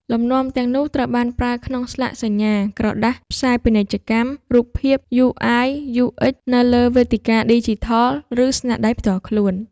លំនាំទាំងនោះត្រូវបានប្រើក្នុងស្លាកសញ្ញា ក្រដាសផ្សាយពាណិជ្ជកម្ម រូបភាព UI UX នៅលើវេទិកាឌីជីថល ឬស្នាដៃផ្ទាល់ខ្លួន។